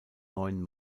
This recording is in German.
neun